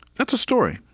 that's a story.